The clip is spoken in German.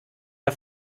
der